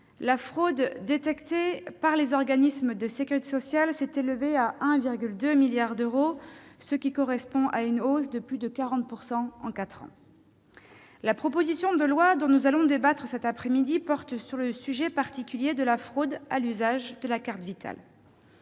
la fraude détectée par les organismes de sécurité sociale s'est élevée à 1,2 milliard d'euros, ce qui correspond à une hausse de plus de 40 % en quatre ans. La proposition de loi dont nous allons débattre cette après-midi porte sur le sujet particulier de la fraude à l'usage de la carte Vitale.